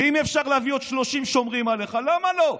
ואם אפשר להביא עוד 30 שומרים עליך, למה לא?